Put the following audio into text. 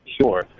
sure